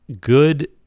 good